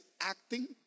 acting